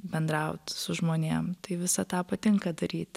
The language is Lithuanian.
bendraut su žmonėm tai visą tą patinka daryt